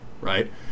right